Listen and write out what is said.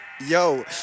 Yo